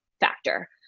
factor